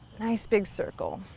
nice big circle.